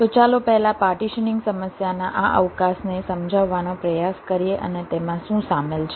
તો ચાલો પહેલા પાર્ટીશનીંગ સમસ્યાના આ અવકાશને સમજાવવાનો પ્રયાસ કરીએ અને તેમાં શું સામેલ છે